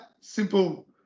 simple